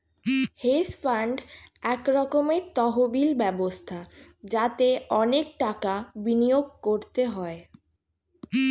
hedge fund এক রকমের তহবিল ব্যবস্থা যাতে অনেক টাকা বিনিয়োগ করতে হয়